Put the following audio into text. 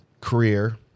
career